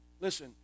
Listen